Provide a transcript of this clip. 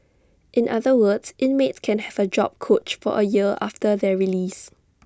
in other words inmates can have A job coach for A year after their release